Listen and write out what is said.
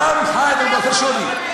גם "חיט אל-בוראק" גברתי,